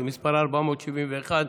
מס' 471,